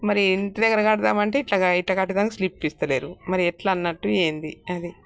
మరీ ఇంటి దగ్గర కడదామంటే ఇట్ల ఇట్లా కట్టడానికి స్లిప్ ఇస్తలేరు మరి ఎట్ల అన్నట్టు ఏమిటి అది